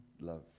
love